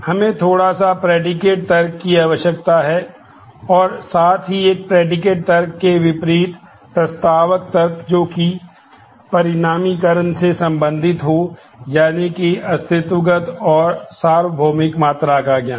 हमें थोड़ा सा प्रेडीकेट तर्क के विपरीत प्रस्तावक तर्क जोकि परिमाणीकरण से संबंधित हो यानी कि अस्तित्वगत और सार्वभौमिक मात्रा का ज्ञान